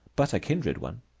but a kindred one.